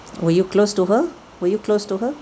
were you close to her were you close to her